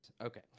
Okay